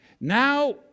Now